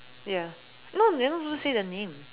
ya no you're not supposed to say their name